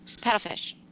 Paddlefish